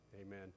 amen